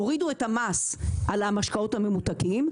הורידו את המס על המשקאות הממותקים,